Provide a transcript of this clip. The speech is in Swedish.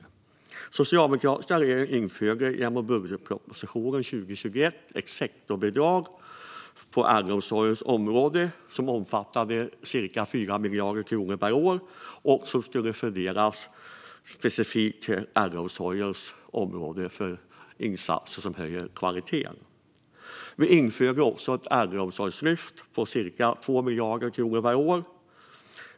Den socialdemokratiska regeringen införde genom budgetpropositionen 2021 ett sektorsbidrag på äldreomsorgens område som omfattade cirka 4 miljarder kronor per år och som skulle fördelas specifikt på äldreomsorgens område och gå till insatser som höjer kvaliteten. Socialdemokraterna införde också ett äldreomsorgslyft på cirka 2 miljarder kronor per år.